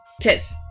Tis